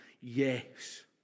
Yes